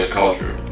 culture